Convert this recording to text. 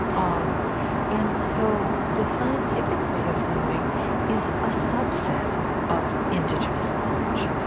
um and so, the scientific way of knowing is a subset of indigenous knowledge.